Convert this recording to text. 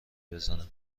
بزنم